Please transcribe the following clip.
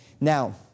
Now